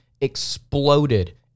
exploded